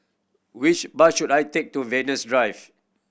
which bus should I take to Venus Drive